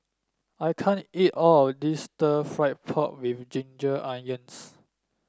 I can't eat all of this stir fry pork with Ginger Onions